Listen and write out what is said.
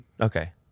okay